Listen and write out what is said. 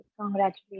congratulations